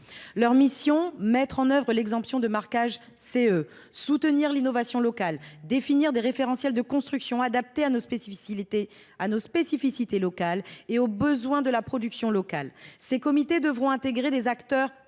la mission sera d’appliquer l’exemption de marquage CE, de soutenir l’innovation locale et de définir des référentiels de construction adaptés à nos spécificités et aux besoins de la production locale. Ces comités devront intégrer en leur